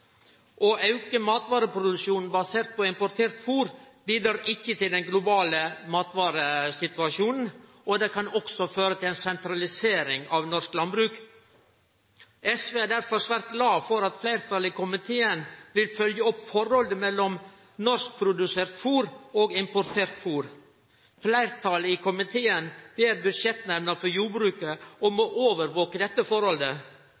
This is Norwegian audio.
Å auke matvareproduksjonen basert på importert fôr bidreg ikkje til den globale matvaresituasjonen, og det kan også føre til ei sentralisering av norsk landbruk. SV er derfor svært glad for at fleirtalet i komiteen vil følgje opp forholdet mellom norskprodusert fôr og importert fôr. Fleirtalet i komiteen ber Budsjettnemnda for jordbruket om å overvake dette forholdet.